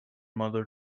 mother